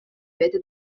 бэйэтэ